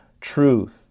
truth